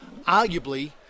arguably